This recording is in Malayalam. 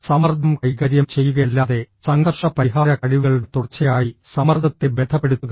സമ്മർദ്ദം കൈകാര്യം ചെയ്യുകയല്ലാതെ സംഘർഷ പരിഹാര കഴിവുകളുടെ തുടർച്ചയായി സമ്മർദ്ദത്തെ ബന്ധപ്പെടുത്തുക